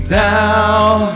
down